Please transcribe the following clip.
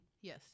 Yes